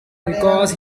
because